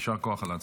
יישר כוח על ההצעה.